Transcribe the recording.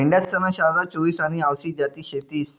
मेंढ्यासन्या शारदा, चोईस आनी आवसी जाती शेतीस